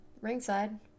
Ringside